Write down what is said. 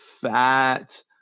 fat